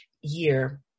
year